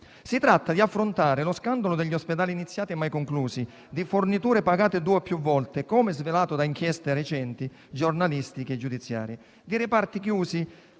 si tratta di affrontare lo scandalo degli ospedali iniziati e mai conclusi, di forniture pagate due o più volte (come svelato da inchieste recenti, giornalistiche e giudiziarie), di reparti chiusi